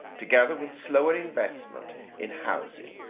together with slower investment in housing,